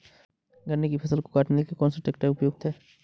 गन्ने की फसल को काटने के लिए कौन सा ट्रैक्टर उपयुक्त है?